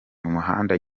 umuhanda